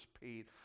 paid